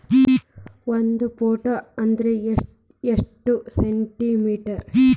ಒಂದು ಫೂಟ್ ಅಂದ್ರ ಎಷ್ಟು ಸೆಂಟಿ ಮೇಟರ್?